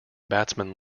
batsmen